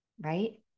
right